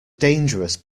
dangerous